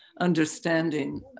understanding